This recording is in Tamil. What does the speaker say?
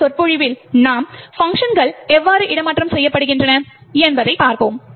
அடுத்த சொற்பொழிவில் பங்க்ஷன்கள் எவ்வாறு இடமாற்றம் செய்யப்படுகின்றன என்பதைப் பார்ப்போம்